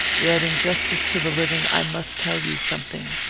yet, in justice to the living, i must tell you something.